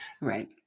Right